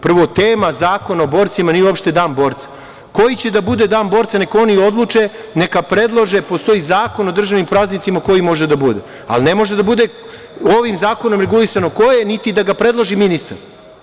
Prvo, tema Zakona o borcima nije uopšte dan borca, koji će da bude dan borca, neka oni odluče, neka predlože, postoji Zakon o državnim praznicima koji može da bude, ali ne može da bude ovim zakonom regulisano ko je niti da ga predloži ministar.